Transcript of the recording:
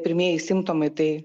pirmieji simptomai tai